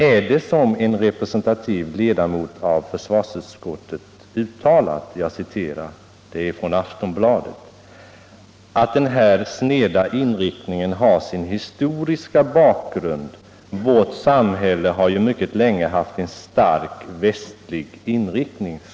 Är det så, som en representativ ledamot av försvarsutskottet uttalat för Aftonbladet, ”att den här snedinriktningen har sin historiska bakgrund — vårt samhälle har ju mycket länge haft en stark västlig inriktning”?